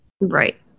Right